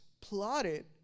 plotted